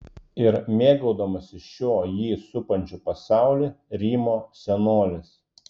ir mėgaudamasis šiuo jį supančiu pasauliu rymo senolis